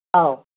ꯑꯥꯎ